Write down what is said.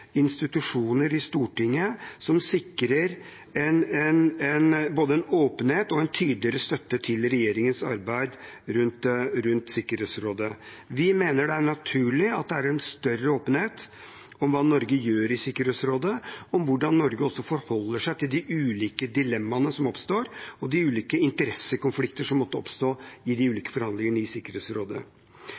institusjoner i Stortinget som sikrer både en åpenhet og en tydeligere støtte til regjeringens arbeid rundt Sikkerhetsrådet. Vi mener det er naturlig at det er en større åpenhet om hva Norge gjør i Sikkerhetsrådet, og om hvordan Norge også forholder seg til de ulike dilemmaene som oppstår, og de ulike interessekonflikter som måtte oppstå i de ulike forhandlingene i Sikkerhetsrådet.